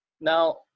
Now